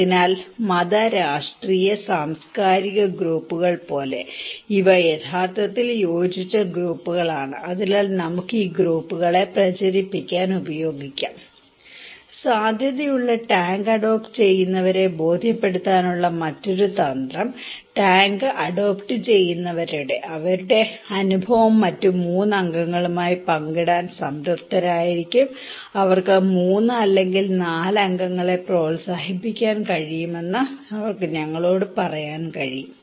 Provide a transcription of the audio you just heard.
അതിനാൽ മത രാഷ്ട്രീയ സാംസ്കാരിക ഗ്രൂപ്പുകൾ പോലെ ഇവ യഥാർത്ഥത്തിൽ യോജിച്ച ഗ്രൂപ്പുകളാണ് അതിനാൽ നമുക്ക് ഈ ഗ്രൂപ്പുകളെ പ്രചരിപ്പിക്കാൻ ഉപയോഗിക്കാം സാധ്യതയുള്ള ടാങ്ക് അഡോപ്റ്റ് ചെയ്യുന്നവരെ ബോധ്യപ്പെടുത്താനുള്ള മറ്റൊരു തന്ത്രം ടാങ്ക് അഡോപ്റ്റ് ചെയ്യുന്നവരെ അവരുടെ അനുഭവം മറ്റ് 3 അംഗങ്ങളുമായി പങ്കിടാൻ സംതൃപ്തരായിരിക്കും അവർക്ക് 3 അല്ലെങ്കിൽ 4 അംഗങ്ങളെ പ്രോത്സാഹിപ്പിക്കാൻ കഴിയുമെന്നും അവർക്ക് ഞങ്ങളോട് പറയാൻ കഴിയും